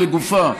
לגיטימית, לגופה.